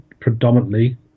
predominantly